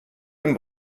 dem